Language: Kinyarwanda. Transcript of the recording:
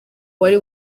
wari